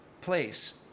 place